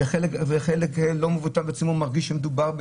חלק לא מבוטל בציבור מרגיש שמדובר ב